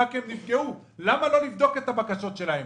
כי הם נתקעו למה לא לבדוק את הבקשות שלהם?